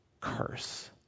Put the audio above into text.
curse